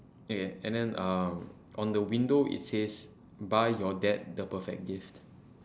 okay and then um on the window it says buy your dad the perfect gift